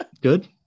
good